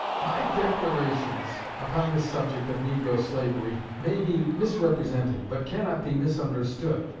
my declarations upon this subject of negro slavery may be misrepresented, but cannot be misunderstood.